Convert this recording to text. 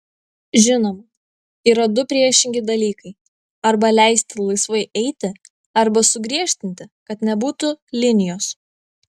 žinoma yra du priešingi dalykai arba leisti laisvai eiti arba sugriežtinti kad nebūtų linijos